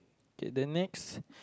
K then next